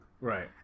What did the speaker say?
Right